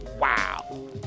wow